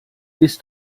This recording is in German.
ist